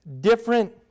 different